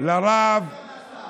שלו מעל לדוכן הזה.